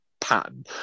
pattern